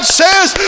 says